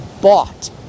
bought